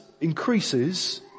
increases